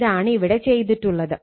ഇതാണ് ഇവിടെ ചെയ്തിട്ടുള്ളത്